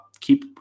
keep